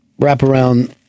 wraparound